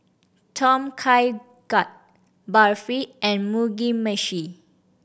Tom Kha Gai Barfi and Mugi Meshi